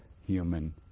human